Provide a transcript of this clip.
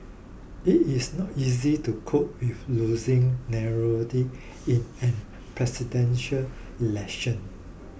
it is not easy to cope with losing narrowly in a Presidential Election